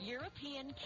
European